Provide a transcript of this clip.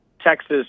Texas